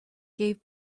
gave